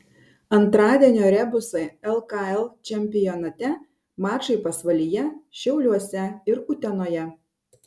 antradienio rebusai lkl čempionate mačai pasvalyje šiauliuose ir utenoje